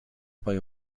bei